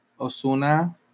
Osuna